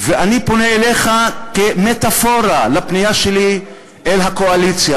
ואני פונה אליך כמטפורה לפנייה שלי אל הקואליציה,